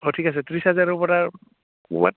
অঁ ঠিক আছে ত্ৰিছ হাজাৰৰপৰা ক'ৰবাত